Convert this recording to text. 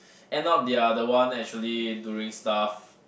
end up they are the one actually doing stuff